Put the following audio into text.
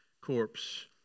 corpse